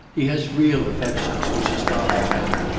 he has real affections, which his father hadn't.